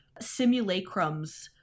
simulacrums